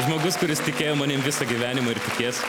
žmogus kuris tikėjo manim visą gyvenimą ir tikės